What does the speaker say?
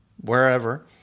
wherever